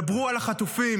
דברו על החטופים.